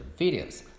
videos